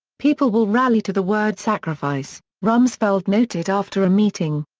people will rally to the word sacrifice, rumsfeld noted after a meeting.